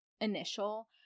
initial